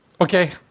Okay